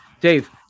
Dave